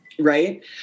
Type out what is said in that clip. Right